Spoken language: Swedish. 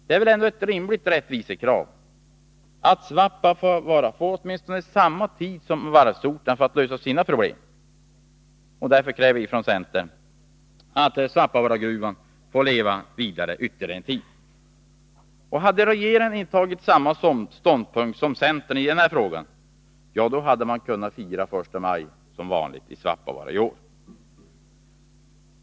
Det är ett rimligt rättvisekrav att Svappavaara får åtminstone samma tid som varvsorterna för att lösa sysselsättningsproblemen. Därför kräver centern att Svappavaaragruvan får leva vidare ytterligare en tid. Hade regeringen i denna fråga intagit samma ståndpunkt som centern, hade man i Svappavaara i år kunnat fira första maj som vanligt.